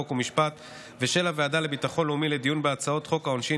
חוק ומשפט ושל הוועדה לביטחון לאומי לדיון בהצעות חוק העונשין